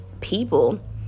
people